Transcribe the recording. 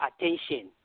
attention